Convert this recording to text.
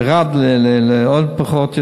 ירד לעוד פחות,